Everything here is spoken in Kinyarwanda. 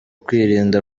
kwirinda